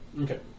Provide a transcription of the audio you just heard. Okay